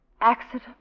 Accident